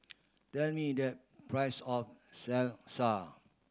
tell me the price of Salsa